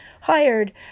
hired